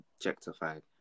objectified